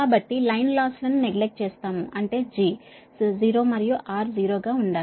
కాబట్టి line loss ల ను నెగ్లెక్ట్ చేస్తాము అంటే g 0 మరియు r 0 గా ఉండాలి